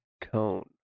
cone